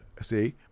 See